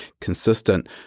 consistent